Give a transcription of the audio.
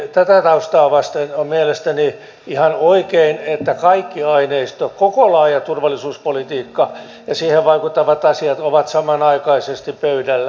tätä taustaa vasten on mielestäni ihan oikein että kaikki aineisto koko laaja turvallisuuspolitiikka ja siihen vaikuttavat asiat on samanaikaisesti pöydällä